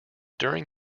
during